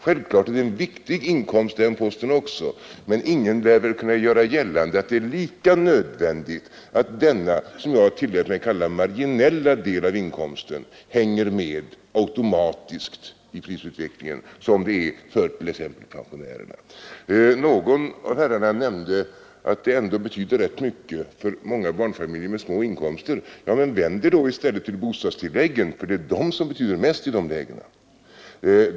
Självfallet är också den posten en viktig inkomst, men ingen lär kunna göra gällande att det är lika nödvändigt att denna, som jag tillät mig kalla den, marginella del av inkomsten hänger med automatiskt i prisutvecklingen som det är att t.ex. folkpensionen gör det. Någon av herrarna nämnde att barnbidraget ändå betyder rätt mycket för många barnfamiljer med små inkomster. Men tala då i stället om bostadstilläggen, som betyder mest i de lägena!